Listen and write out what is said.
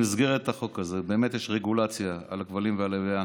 במסגרת החוק הזה באמת יש רגולציה על הכבלים והלוויין.